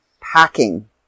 packing